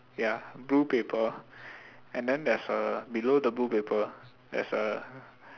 ya blue paper and then there's a below the blue paper there's a